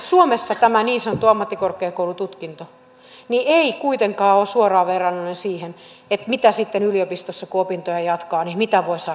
suomessa se ei kuitenkaan ole suoraan verrannollinen siihen mitä sitten yliopistossa kun opintoja jatkaa voi saada vastineeksi